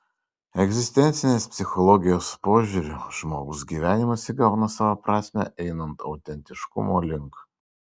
egzistencinės psichologijos požiūriu žmogaus gyvenimas įgauna savo prasmę einant autentiškumo link